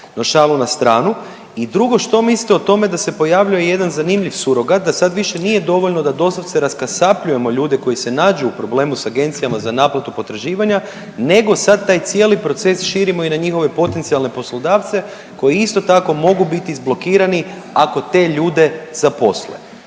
No šalu na stranu i drugo što mislite o tome da se pojavio jedan zanimljiv surogat, da sad više nije dovoljno da doslovce raskasapljujemo ljude koji se nađu u problemu sa Agencijama za naplatu potraživanja, nego sad taj cijeli proces širimo i na njihove potencijalne poslodavce koji isto tako mogu biti zblokirani ako te ljude zaposle.